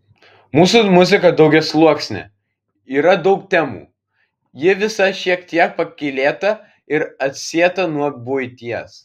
mūsų muzika daugiasluoksnė yra daug temų ji visa šiek tiek pakylėta ir atsieta nuo buities